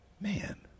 man